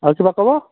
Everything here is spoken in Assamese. আৰু কিবা ক'ব